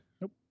Nope